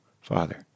Father